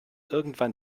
irgendwann